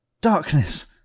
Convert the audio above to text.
darkness